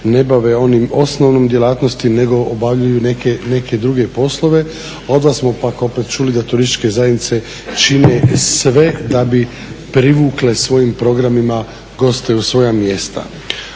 ne bave onom osnovnom djelatnosti nego obavljaju neke druge poslove. A od vas smo pak opet čuli da turističke zajednice čine sve da bi privukle svojim programima goste u svoja mjesta.